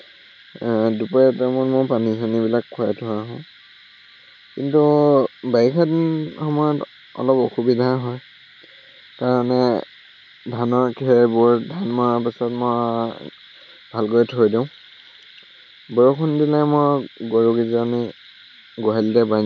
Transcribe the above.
দুপৰীয়া টাইমত মই পানী চানীবিলাক খুৱাই থৈ আহোঁ কিন্তু বাৰিষা দিন সময়ত অলপ অসুবিধা হয় সেইকাৰণে ধানৰ খেৰবোৰ ধান মৰাৰ পাছত মই ভালকৈ থৈ দিওঁ বৰষুণ দিলে মই গৰুকেইজনী গোহালিতে বান্ধি থওঁ